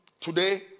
Today